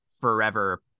forever